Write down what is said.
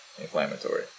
inflammatory